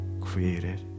created